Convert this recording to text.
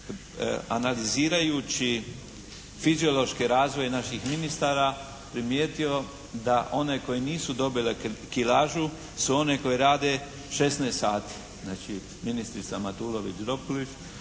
analizirajući fiziološki razvoj naših ministara primijetio da one koje nisu dobile kilažu su one koji rade 16 sati. Znači, ministrica Matulović-Dropulić,